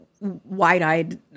wide-eyed